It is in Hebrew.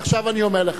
עכשיו אני אומר לך,